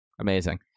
Amazing